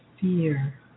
fear